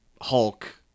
Hulk